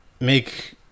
make